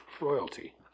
Royalty